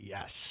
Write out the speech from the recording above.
Yes